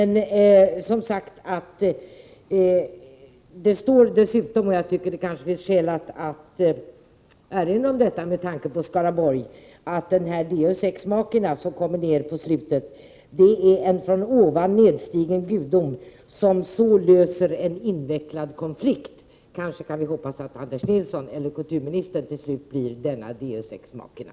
I uppslagsboken står dessutom — och det kanske finns skäl att erinra om det med tanke på Skaraborg — att denna deus ex machina som kommer in på slutet är en från ovan nedstigen gudom som så löser en invecklad konflikt. Kanske kan vi hoppas att Anders Nilsson eller kulturministern till slut blir denna deus ex machina.